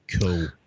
cool